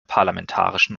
parlamentarischen